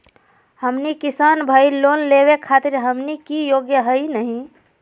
हमनी किसान भईल, लोन लेवे खातीर हमनी के योग्य हई नहीं?